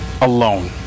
alone